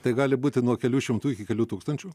tai gali būti nuo kelių šimtų iki kelių tūkstančių